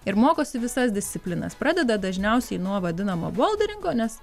ir mokosi visas disciplinas pradeda dažniausiai nuo vadinamo boulderingo nes